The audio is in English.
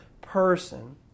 person